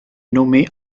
nommée